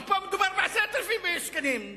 פה מדובר ב-10 מיליוני שקלים.